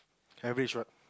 average what